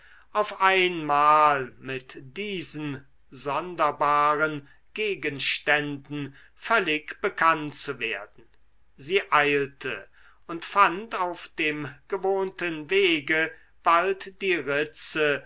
auf einmal mit diesen sonderbaren gegenständen völlig bekannt zu werden sie eilte und fand auf dem gewohnten wege bald die ritze